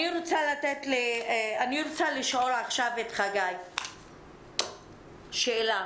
אני רוצה לשאול את חגי שאלה.